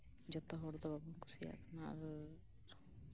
ᱡᱚᱛᱚ ᱦᱚᱲ ᱫᱚ ᱵᱟᱵᱚᱱ ᱠᱩᱥᱤᱭᱟᱜ ᱠᱟᱱᱟ